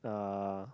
uh